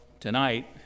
Tonight